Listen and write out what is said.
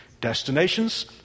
Destinations